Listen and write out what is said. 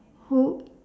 who